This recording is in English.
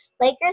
Lakers